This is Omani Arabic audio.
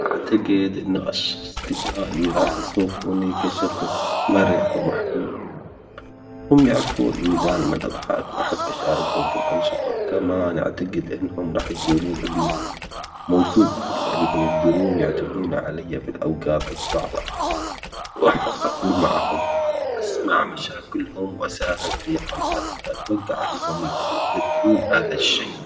أعتقد إنه أصدقائي راح يوصوفوني كشخص مرح ومحبوب، هم يعرفون إني دايماً أضحك ,احب أشاركهم الأنشطة وكمان أعتقد إنهم راح يقولون إني موثوق إنهم يقدرون يعتمدون عليا في الأوقات الصعبة، وأحب أكون معهم واسمع مشاكلهم وأساهم في حلها، فأتوقع إنهم يق- يقدرون هذا الشي.